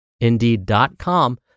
indeed.com